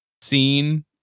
seen